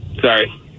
sorry